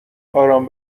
آرام